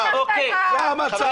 אבנים, בקבוקי תבערה, זה המצב.